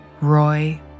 Roy